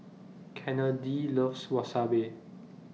Kennedy loves Wasabi